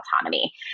autonomy